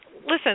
Listen